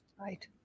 Right